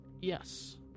Yes